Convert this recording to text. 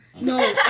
No